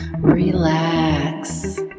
Relax